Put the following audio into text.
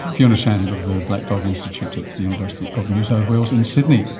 fiona shand of the black dog institute at the university of new south wales in sydney